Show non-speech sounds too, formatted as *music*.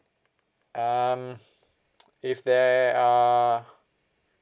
um *noise* if there are